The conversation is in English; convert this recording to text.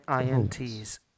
INT's